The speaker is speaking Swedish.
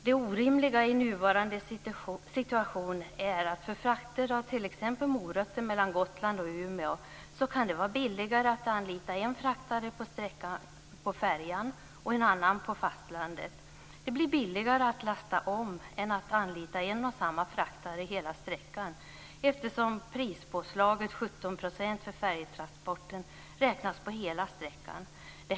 Det orimliga i den nuvarande situationen är att det för frakter av t.ex. morötter mellan Gotland och Umeå kan vara billigare att anlita en fraktare på färjan och en annan på fastlandet. Det blir billigare att lasta om än att anlita en och samma fraktare för hela sträckan, eftersom prispåslaget, 17 % för färjetransporten, räknas på hela sträckan.